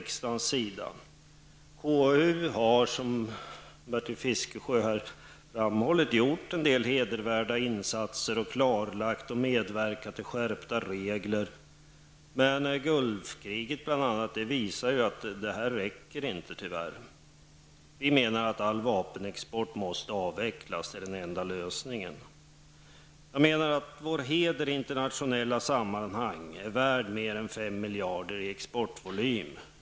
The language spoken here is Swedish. KU har, som Bertil Fiskesjö framhållit, gjort en del hedervärda insatser och medverkat till skärpta regler. Men bl.a. Gulfkriget visar att dessa åtgärder tyvärr inte räcker. Vi menar att all vapenexport måste avvecklas. Det är den enda lösningen. Vår heder i internationella sammanhang är värd mer än fem miljarder i exportinkomster.